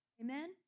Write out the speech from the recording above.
Amen